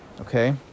Okay